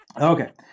Okay